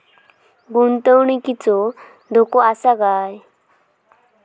गुंतवणुकीत धोको आसा काय?